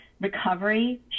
Recovery